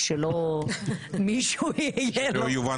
שלא יובן